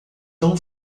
tão